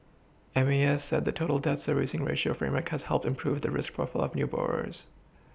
M A S said the total debt Servicing ratio framework has helped to improve the risk profile of new borrowers